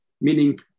meaning